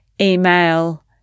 email